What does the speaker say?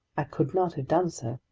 i could not have done so!